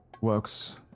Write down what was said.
works